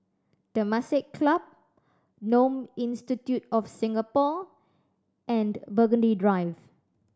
Temasek Club Genome Institute of Singapore and Burgundy Drive